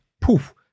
poof